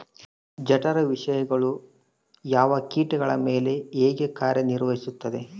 ಜಠರ ವಿಷಯಗಳು ಯಾವ ಕೇಟಗಳ ಮೇಲೆ ಹೇಗೆ ಕಾರ್ಯ ನಿರ್ವಹಿಸುತ್ತದೆ?